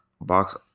box